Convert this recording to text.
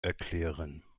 erklären